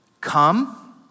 come